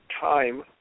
time